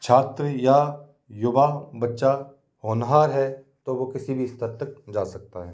छात्र या युवा बच्चा होनहार है तो वो किसी भी स्तर तक जा सकता है